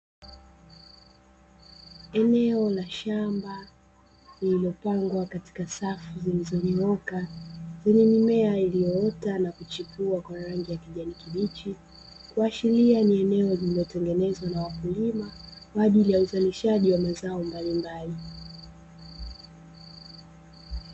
Eneo la shamba lililopangwa katika safu zilizonyooka zenye mimea iliyoota na kuchipua kwa rangi ya kijani kibichi, kuashiria ni eneo lililotengenezwa na wakulima kwa ajili ya uzalishaji wa mazao mbalimbali.